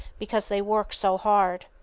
because they work so hard.